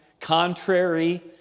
contrary